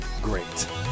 great